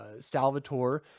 Salvatore